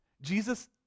Jesus